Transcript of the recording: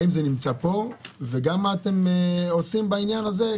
האם זה נמצא פה וגם מה אתם עושים בעניין הזה?